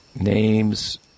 names